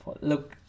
look